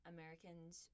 Americans